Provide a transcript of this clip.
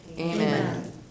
Amen